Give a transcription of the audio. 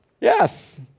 yes